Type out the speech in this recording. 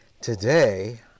Today